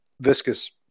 viscous